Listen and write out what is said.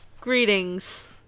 greetings